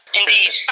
indeed